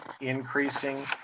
increasing